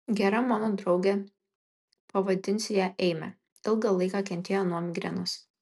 gera mano draugė pavadinsiu ją eime ilgą laiką kentėjo nuo migrenos